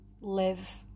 live